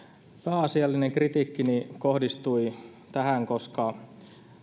pääasiallinen kritiikkini kohdistui tähän koska